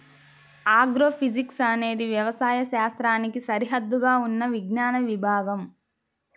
agrophysics అనేది వ్యవసాయ శాస్త్రానికి సరిహద్దుగా ఉన్న విజ్ఞాన విభాగం